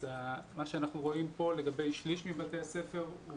מה שאנחנו רואים פה לגבי שליש מבתי הספר הוא